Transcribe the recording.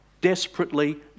desperately